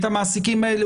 את המעסיקים האלה,